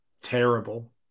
terrible